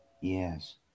Yes